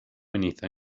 anything